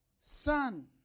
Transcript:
son